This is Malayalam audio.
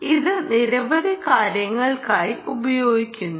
ഇത് നിരവധി കാര്യങ്ങൾക്കായി ഉപയോഗിക്കുന്നു